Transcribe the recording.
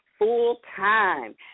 full-time